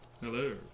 Hello